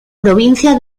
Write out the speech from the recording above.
provincia